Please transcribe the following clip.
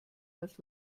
als